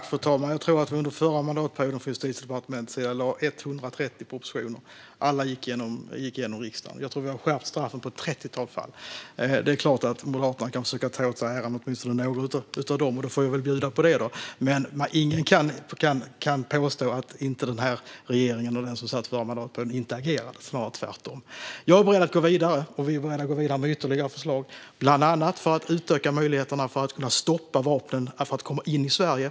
Fru talman! Jag tror att vi från Justitiedepartementet under förra mandatperioden lade fram 130 propositioner. Alla gick igenom i riksdagen. Jag tror att vi har skärpt straffen i ett trettiotal fall. Det är klart att Moderaterna kan försöka ta åt sig äran för åtminstone några av dem, och då får jag väl bjuda på det, men ingen kan påstå att den här regeringen och den regering som satt förra mandatperioden inte agerade. Jag är beredd att gå vidare. Vi är beredda att gå vidare med ytterligare förslag, bland annat för att utöka möjligheterna att stoppa vapen från att komma in i Sverige.